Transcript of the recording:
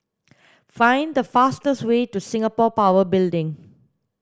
find the fastest way to Singapore Power Building